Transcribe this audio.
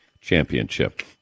Championship